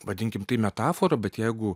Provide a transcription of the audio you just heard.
vadinkim tai metafora bet jeigu